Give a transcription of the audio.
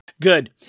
Good